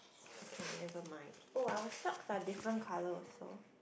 okay never mind oh our socks are different colour also